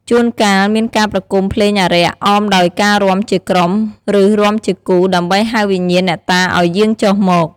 ជួនកាលមានការប្រគំភ្លេងអារក្ស អមដោយការរាំជាក្រុម ឬរាំជាគូ ដើម្បីហៅវិញ្ញាណអ្នកតាឱ្យយាងចុះមក។